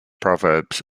proverbs